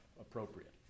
appropriate